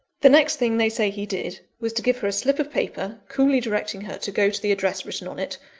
the next thing they say he did, was to give her a slip of paper, coolly directing her to go to the address written on it,